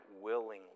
willingly